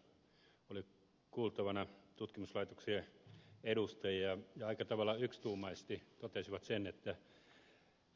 valtiovarainvaliokunnassa oli kuultavana tutkimuslaitoksien edustajia ja aika tavalla yksituumaisesti he totesivat että